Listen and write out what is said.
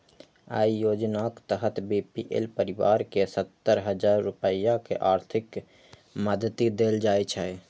अय योजनाक तहत बी.पी.एल परिवार कें सत्तर हजार रुपैया के आर्थिक मदति देल जाइ छै